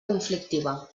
conflictiva